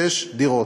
שש דירות.